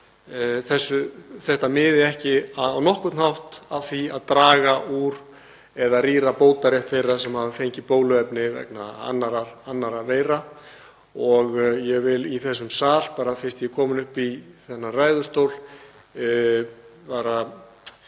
þetta miði ekki á nokkurn hátt að því að draga úr eða rýra bótarétt þeirra sem hafa fengið bóluefni vegna annarra veira. Ég vil í þessum sal, fyrst ég er kominn upp í þennan ræðustól, hafa